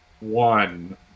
one